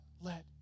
let